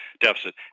deficit